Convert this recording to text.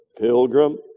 pilgrim